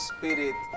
Spirit